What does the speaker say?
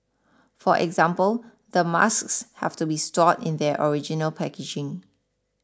for example the masks have to be stored in their original packaging